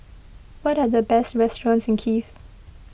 what are the best restaurants in Kiev